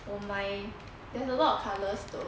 我买 there's a lot of colours though